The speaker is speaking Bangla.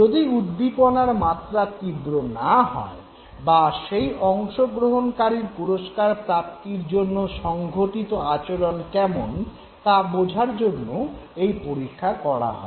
যদি উদ্দীপনার মাত্রা তীব্র না হয় বা সেই অংশগ্রহণকারীর পুরস্কার প্রাপ্তির জন্য সংঘটিত আচরণ কেমন তা বোঝার জন্য এই পরীক্ষা করা হয়